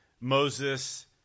Moses